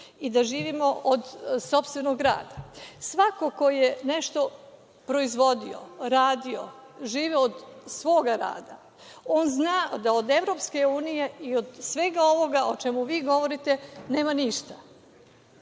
i da živimo od sopstvenog rada. Svako ko je nešto proizvodio, radio, živeo od svoga rada, on zna da od EU i od svega ovoga o čemu vi govorite, nema ništa.